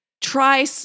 try